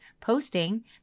posting